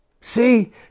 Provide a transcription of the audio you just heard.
See